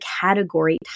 category